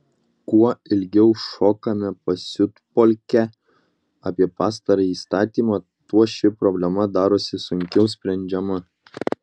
kuo ilgiau šokame pasiutpolkę apie pastarąjį įstatymą tuo ši problema darosi sunkiau išsprendžiama